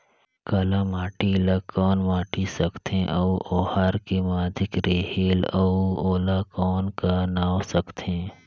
काला माटी ला कौन माटी सकथे अउ ओहार के माधेक रेहेल अउ ओला कौन का नाव सकथे?